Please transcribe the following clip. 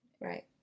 Right